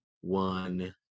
one